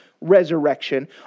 resurrection